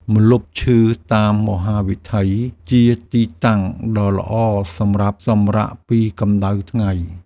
ម្លប់ឈើតាមមហាវិថីជាទីតាំងដ៏ល្អសម្រាប់សម្រាកពីកម្ដៅថ្ងៃ។